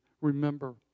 remember